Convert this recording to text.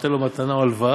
ונותן לו מתנה או הלוואה,